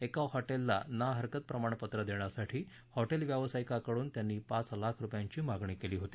एका हॅटेलला ना हरकत प्रमाणपत्र देण्यासाठी हॅटेल व्यावसायिकाकडून त्यांनी पाच लाख रुपयांची मागणी केली होती